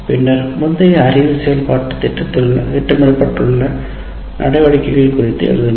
பின்னர் முந்தைய அறிவை செயல்படுத்த திட்டமிட்டுள்ள நடவடிக்கைகள் குறித்து எழுதுங்கள்